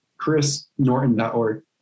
ChrisNorton.org